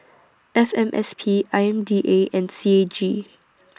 F M S P I M D A and C A G